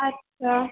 আচ্ছা